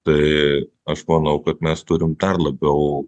tai aš manau kad mes turim dar labiau